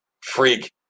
freak